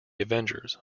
avengers